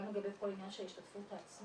גם לגבי כל העניין של ההשתתפות העצמית.